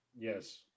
Yes